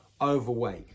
overweight